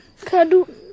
Kadu